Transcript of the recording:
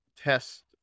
test